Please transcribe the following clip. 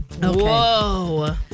Whoa